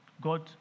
God